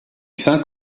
cinq